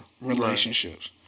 relationships